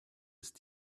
ist